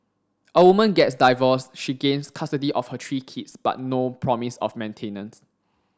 a woman gets divorced she gains custody of her three kids but no promise of maintenance